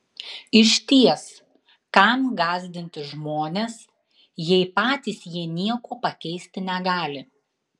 išties kam gąsdinti žmones jei patys jie nieko pakeisti negali